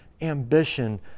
ambition